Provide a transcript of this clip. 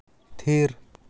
ᱛᱷᱤᱨ